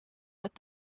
with